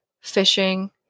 fishing